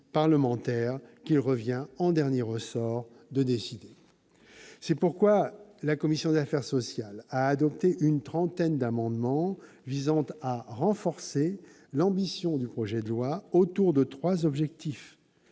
C'est pourquoi la commission des affaires sociales a adopté une trentaine d'amendements visant à renforcer l'ambition du projet de loi autour de trois objectifs